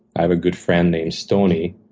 i have a good friend named stony.